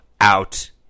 out